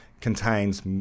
contains